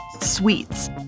sweets